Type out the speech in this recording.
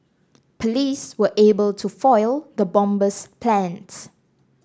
police were able to foil the bomber's plans